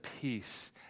peace